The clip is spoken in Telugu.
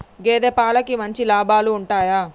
గేదే పాలకి మంచి లాభాలు ఉంటయా?